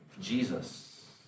Jesus